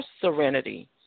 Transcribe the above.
serenity